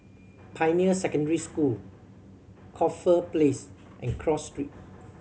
Pioneer Secondary School Corfe Place and Cross Street